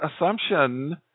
assumption